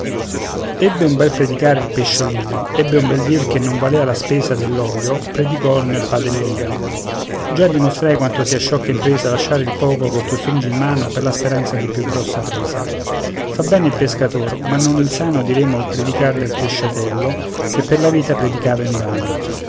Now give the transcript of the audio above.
ebbe un bel predicare il pesciolino ebbe un bel dir che non valea la spesa dell'olio predicò nel padellino già dimostrai quanto sia sciocca impresa lasciare il poco che tu stringi in mano per la speranza di più grossa presa fe bene il pescator ma non insano diremo il predicar del pesciatello che per la vita predicava invano